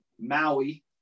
Maui